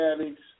addicts